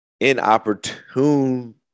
inopportune –